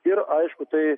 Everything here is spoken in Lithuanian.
ir aišku tai